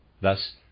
Thus